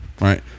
right